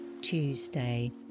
Tuesday